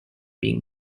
being